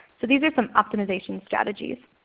so these are some optimization strategies.